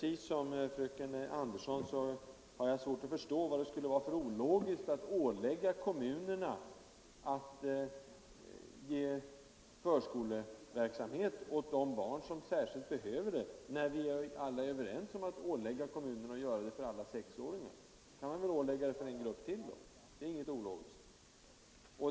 I likhet med fröken Andersson har jag svårt att förstå varför det skulle vara ologiskt att ålägga kommunerna att bedriva förskoleverksamhet för de barn som särskilt behöver det, när vi är överens om att ålägga kommunerna att göra det för alla sexåringar. Det är inte ologiskt att ålägga kommunerna att bereda plats för ytterligare en grupp.